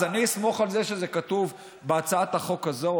אז אני אסמוך על זה שזה כתוב בהצעת החוק הזאת?